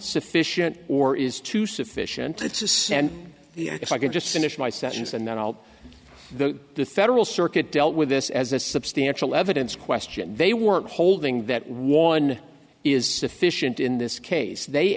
sufficient or is two sufficient to send if i could just finish my sentence and then all the federal circuit dealt with this as a substantial evidence question they weren't holding that one is sufficient in this case they